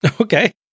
Okay